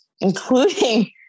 including